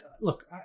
look